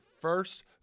first